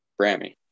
Grammy